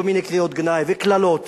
כל מיני קריאות גנאי וקללות